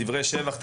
דברי שבח.